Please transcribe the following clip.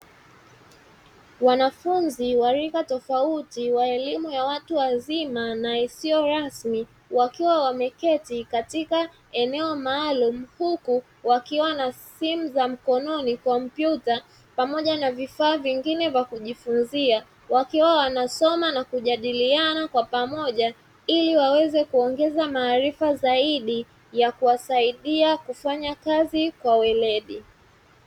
Wanafunzi wa rika tofauti wa elimu ya watu wazima na isiyo rasmi wakiwa wameketi katika eneo maalumu huku wakiwa na simu za mkononi, kompyuta pamoja na vifaa vingine vya kujifunzia wakiwa wanasoma na kujadiliana kwa pamoja ili waweze kuongeza maarifa zaidi ya kuwasaidia kufanya kazi kwa weledi.